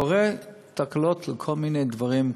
קורות תקלות בכל מיני דברים,